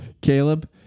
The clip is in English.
Caleb